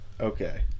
okay